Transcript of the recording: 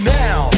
now